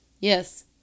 Yes